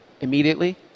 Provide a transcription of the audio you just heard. Immediately